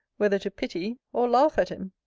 whether to pity or laugh at him.